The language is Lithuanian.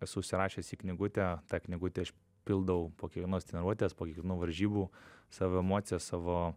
esu užsirašęs į knygutę tą knygutę aš pildau po kiekvienos treniruotės po varžybų savo emocijas savo